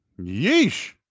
Yeesh